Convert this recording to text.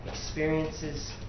experiences